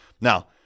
now